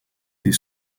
des